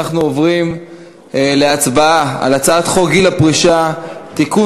אנחנו עוברים להצבעה על הצעת חוק גיל פרישה (תיקון,